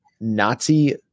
Nazi